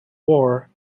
war